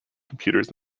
computers